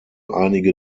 einige